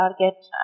target